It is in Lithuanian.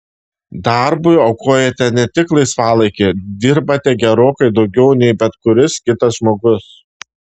darbui aukojate net tik laisvalaikį dirbate gerokai daugiau nei bet kuris kitas žmogus